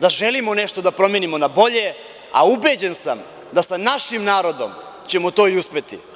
da želimo nešto da promenimo na bolje, a ubeđen sam da sa našim narodom ćemo to i uspeti.